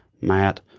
Matt